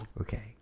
Okay